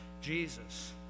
Jesus